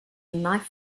knife